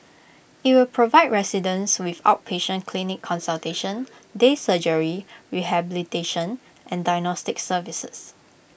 IT will provide residents with outpatient clinic consultation day surgery rehabilitation and diagnostic services